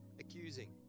accusing